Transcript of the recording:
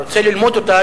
רוצה ללמוד אותה,